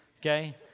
Okay